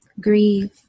Grieve